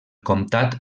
comtat